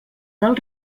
del